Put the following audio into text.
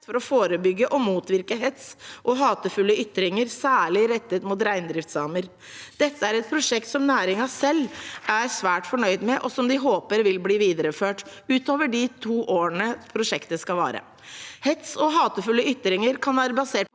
for å forebygge og motvirke hets og hatefulle ytringer særlig rettet mot reindriftssamer. Dette er et prosjekt som næringen selv er svært fornøyd med, og som de håper vil bli videreført utover de to årene prosjektet skal vare. Hets og hatefulle ytringer kan være basert på